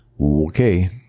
Okay